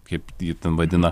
kaip jį ten vadina